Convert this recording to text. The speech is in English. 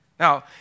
Now